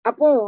Apo